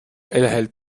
erhält